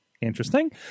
interesting